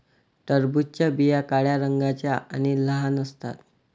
टरबूजाच्या बिया काळ्या रंगाच्या आणि लहान असतात